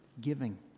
Giving